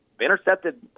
intercepted